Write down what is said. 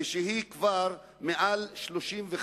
כשהיא כבר מעל 35,